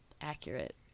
accurate